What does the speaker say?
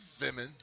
women